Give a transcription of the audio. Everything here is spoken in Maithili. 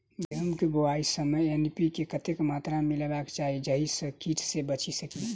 गेंहूँ केँ बुआई समय एन.पी.के कतेक मात्रा मे मिलायबाक चाहि जाहि सँ कीट सँ बचि सकी?